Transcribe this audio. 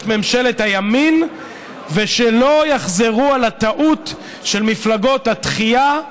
ממשלת הימין ושלא יחזרו על הטעות של מפלגות התחיה,